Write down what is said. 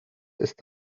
ist